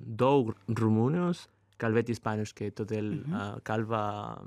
daug rumunijos kalbėti ispaniškai todėl a kalba